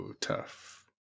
tough